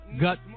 gut